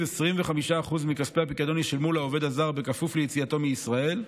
שלפיו 25% מכספי הפיקדון ישולמו לעובד הזר בכפוף ליציאתו מישראל,